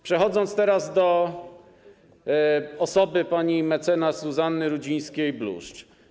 Przejdę teraz do osoby pani mecenas Zuzanny Rudzińskiej-Bluszcz.